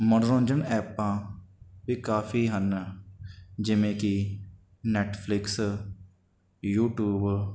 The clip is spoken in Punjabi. ਮਨੋਰੰਜਨ ਐਪਾਂ ਵੀ ਕਾਫੀ ਹਨ ਜਿਵੇਂ ਕਿ ਨੈੱਟਫਲਿਕਸ ਯੂਟਿਊਬ